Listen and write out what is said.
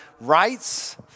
rights